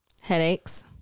Headaches